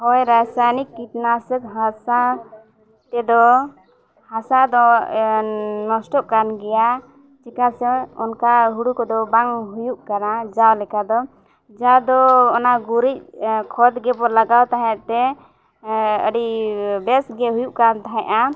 ᱦᱳᱭ ᱨᱟᱥᱟᱭᱚᱱᱤᱠ ᱠᱤᱴᱱᱟᱥᱚᱠ ᱦᱟᱥᱟ ᱛᱮᱫᱚ ᱦᱟᱥᱟ ᱫᱚ ᱱᱚᱥᱴᱚᱜ ᱠᱟᱱ ᱜᱮᱭᱟ ᱪᱮᱫᱟᱜ ᱥᱮ ᱚᱱᱠᱟ ᱦᱩᱲᱩ ᱠᱚᱫᱚ ᱵᱟᱝ ᱦᱩᱭᱩᱜ ᱠᱟᱱᱟ ᱡᱟᱣ ᱞᱮᱠᱟ ᱫᱚ ᱡᱟᱦᱟᱸ ᱫᱚ ᱚᱱᱟ ᱜᱩᱨᱤᱡ ᱠᱷᱚᱛ ᱜᱮᱵᱚᱱ ᱞᱟᱜᱟᱣ ᱛᱟᱦᱮᱸᱫ ᱛᱮ ᱟᱹᱰᱤ ᱵᱮᱥ ᱜᱮ ᱦᱩᱭᱩᱜ ᱠᱟᱱ ᱛᱟᱦᱮᱸᱫᱼᱟ